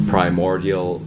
Primordial